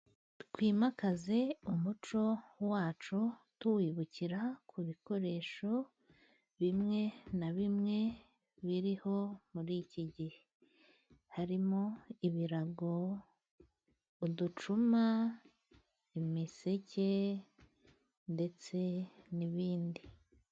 Twimakaze umuco wacu tuwibukira ku bikoresho bimwe na bimwe biriho muri iki gihe, harimo ibirago, uducuma, imiseke ndetse n'ibindi.